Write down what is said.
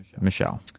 Michelle